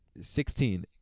Sixteen